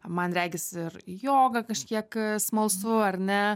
man regis ir joga kažkiek smalsu ar ne